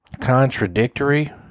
contradictory